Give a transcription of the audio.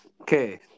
Okay